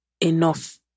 enough